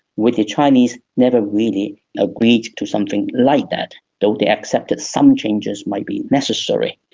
with the chinese never really agreeing to something like that, though they accepted some changes might be necessary.